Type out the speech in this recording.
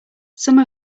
some